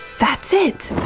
that's it!